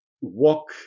walk